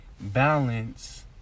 balance